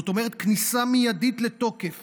זאת אומרת כניסה מיידית לתוקף